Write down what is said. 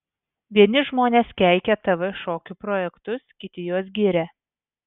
vieni žmonės keikia tv šokių projektus kiti juos giria